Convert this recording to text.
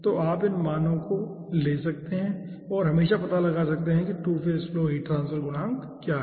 तो आप इन मानों को उठा सकते हैं और हमेशा पता लगा सकते हैं कि two phase flow heat transfer गुणांक क्या है